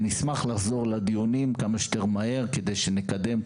לחזור לדיונים כמה שיותר מהר כדי לקדם.